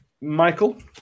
Michael